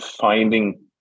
Finding